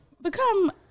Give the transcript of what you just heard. become